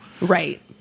Right